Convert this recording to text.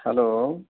hello